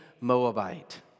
Moabite